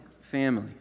family